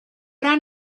down